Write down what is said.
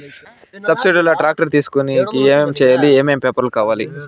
Subsidy లో tractor తీసుకొనేకి ఏమి చేయాలి? ఏమేమి పేపర్లు కావాలి?